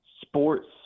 sports